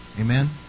Amen